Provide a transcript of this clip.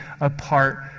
apart